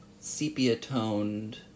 sepia-toned